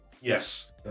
Yes